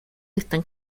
están